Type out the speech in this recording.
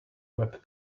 web